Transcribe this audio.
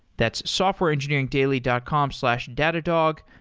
that's softwareengineeringdaily dot com slash datadog.